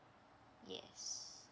yes